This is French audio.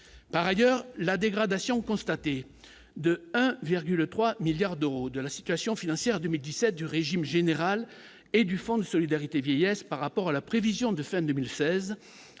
par ailleurs, la dégradation constatée de un virgule 3 milliards d'euros de la situation financière 2000 17 du régime général et du Fonds de solidarité vieillesse par rapport à la prévision de fin 2016